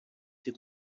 ses